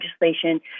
legislation